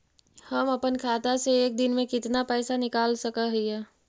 हम अपन खाता से एक दिन में कितना पैसा निकाल सक हिय?